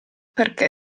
perché